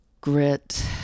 grit